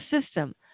system